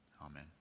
Amen